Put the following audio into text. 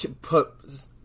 put